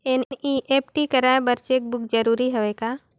NEFT कराय बर cheque book जरूरी हवय का?